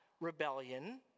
rebellion